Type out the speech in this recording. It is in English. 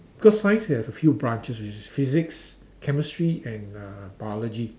because science have a few branches which is physics chemistry and uh biology